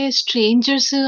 strangers